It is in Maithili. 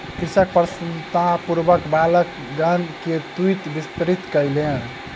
कृषक प्रसन्नतापूर्वक बालकगण के तूईत वितरित कयलैन